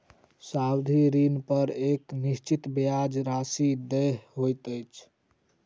सावधि ऋणपर एक निश्चित ब्याज राशि देय होइत छै